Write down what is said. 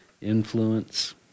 influence